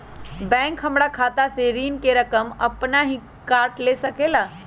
Bank हमार खाता से ऋण का रकम अपन हीं काट ले सकेला?